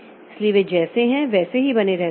इसलिए वे जैसे हैं वैसे ही बने रहते हैं